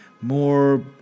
more